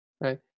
right